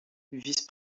vice